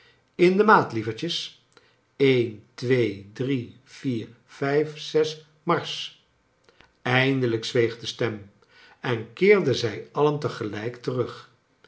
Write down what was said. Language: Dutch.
in de maat lievertjes een twee drie vier vijf zes marsch eindelijk zweeg de stem en keerden zij alien te gelrjk terug